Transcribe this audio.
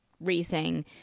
racing